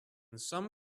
some